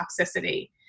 toxicity